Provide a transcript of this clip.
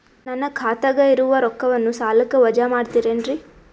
ನನ್ನ ಖಾತಗ ಇರುವ ರೊಕ್ಕವನ್ನು ಸಾಲಕ್ಕ ವಜಾ ಮಾಡ್ತಿರೆನ್ರಿ?